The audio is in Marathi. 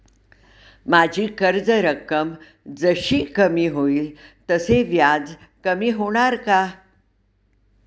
माझी कर्ज रक्कम जशी कमी होईल तसे व्याज कमी होणार का?